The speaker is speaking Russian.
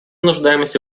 нуждаемся